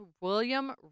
William